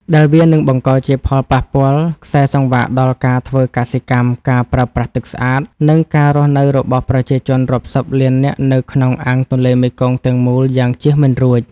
ដែលវានឹងបង្កជាផលប៉ះពាល់ខ្សែសង្វាក់ដល់ការធ្វើកសិកម្ម ការប្រើប្រាស់ទឹកស្អាត និងការរស់នៅរបស់ប្រជាជនរាប់សិបលាននាក់នៅក្នុងអាងទន្លេមេគង្គទាំងមូលយ៉ាងជៀសមិនរួច។